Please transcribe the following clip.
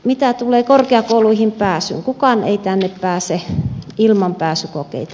mitä tulee korkeakouluihin pääsyyn kukaan ei tänne pääse ilman pääsykokeita